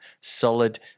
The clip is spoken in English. solid